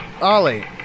Ollie